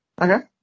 Okay